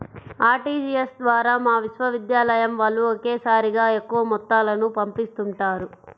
RTGS ద్వారా మా విశ్వవిద్యాలయం వాళ్ళు ఒకేసారిగా ఎక్కువ మొత్తాలను పంపిస్తుంటారు